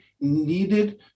needed